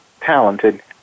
talented